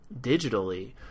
digitally